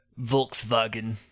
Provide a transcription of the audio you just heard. Volkswagen